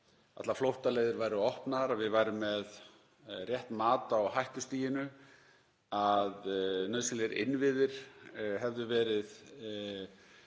allar flóttaleiðir væru opnar, að við værum með rétt mat á hættustiginu, að nauðsynlegir innviðir hefðu verið